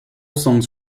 songs